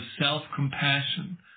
self-compassion